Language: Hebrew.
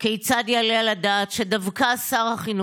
כיצד יעלה על הדעת שדווקא שר החינוך,